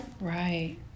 right